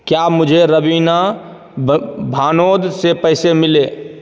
क्या मुझे रवीना ब भानोद से पैसे मिले